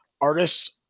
artists